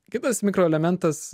kitas mikroelementas